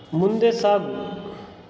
ಮುಂದೆ ಸಾಗು